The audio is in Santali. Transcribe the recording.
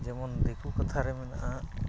ᱡᱮᱢᱚᱱ ᱫᱤᱠᱩ ᱠᱟᱛᱷᱟᱨᱮ ᱢᱮᱱᱟᱜᱼᱟ